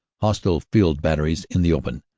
hostile field batteries in the open,